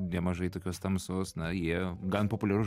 nemažai tokios tamsos na jie gan populiarus